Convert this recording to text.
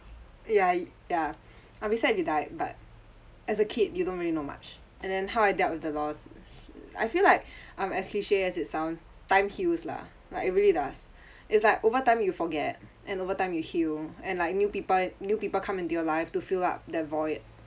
ya ya I'd be sad if you died but as a kid you don't really know much and then how I dealt with the loss I feel like um as cliche as it sounds time heals lah like it really does it's like over time you forget and over time you heal and like new people new people come into your life to fill up that void